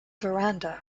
verandah